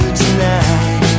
tonight